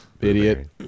idiot